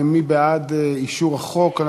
מי בעד אישור החוק?